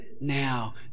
now